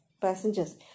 Passengers